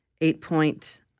eight-point